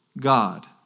God